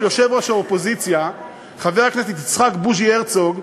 יושב-ראש האופוזיציה חבר הכנסת יצחק בוז'י הרצוג,